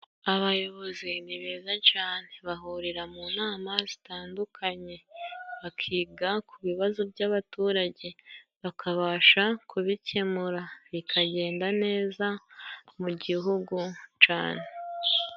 Abayobozi ni beza cane bahurira mu nama zitandukanye bakiga ku bibazo by'abaturage, bakabasha kubikemura bikagenda neza mu gihugu cane.